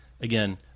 again